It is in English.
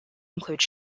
include